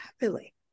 happily